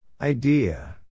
Idea